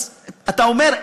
אתה אומר,